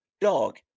dog